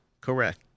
correct